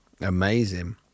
Amazing